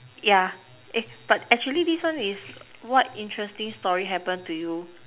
yeah it's but actually this one is what interesting story happen to you